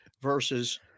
versus